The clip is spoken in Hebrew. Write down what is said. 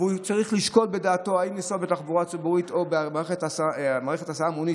והם צריכים לשקול אם לנסוע בתחבורה ציבורית או במערכת הסעה המונית,